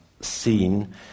seen